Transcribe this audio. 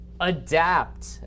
adapt